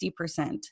60%